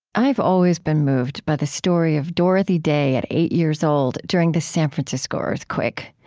i've always been moved by the story of dorothy day at eight years old, during the san francisco earthquake.